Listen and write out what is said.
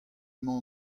emañ